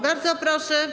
Bardzo proszę,